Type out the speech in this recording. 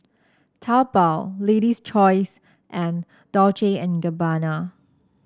Taobao Lady's Choice and Dolce and Gabbana